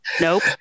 Nope